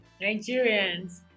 Nigerians